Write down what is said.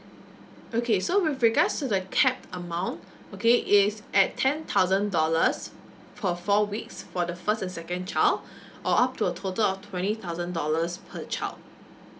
okay so with regards to the cap amount okay it's at ten thousand dollars for four weeks for the first and second child or up to a total of twenty thousand dollars per child